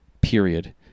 Period